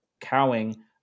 cowing